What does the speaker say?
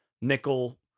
nickel